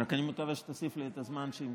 רק אני מקווה שתוסיף לי את הזמן שהמתנתי,